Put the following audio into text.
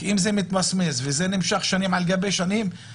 כי אם זה מתסמס וזה נמשך שנים על גבי שנים,